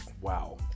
Wow